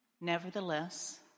Nevertheless